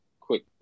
quick